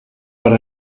per